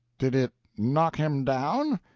did it knock him down?